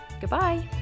goodbye